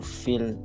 feel